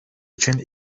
için